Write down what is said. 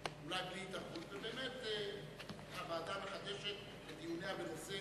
ובאמת הוועדה מחדשת את דיוניה בנושא